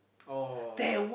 oh